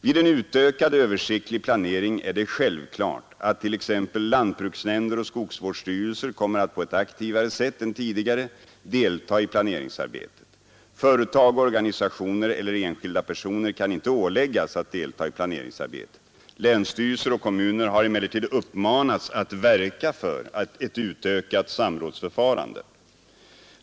Vid en utökad översiktlig planering är det självklart att t.ex. lantbruksnämnder och skogsvårdsstyrelser kommer att på ett aktivare sätt än tidigare delta i planeringsarbetet. Företag, organisationer eller enskilda personer kan inte åläggas att delta i planeringsarbetet. Länsstyrelser och kommuner har emellertid uppmanats att verka för ett utökat samrådsförfarande.